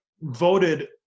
voted